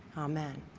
amen.